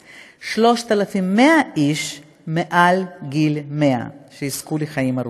ו-3,100 איש מעל גיל 100, שיזכו לחיים ארוכים.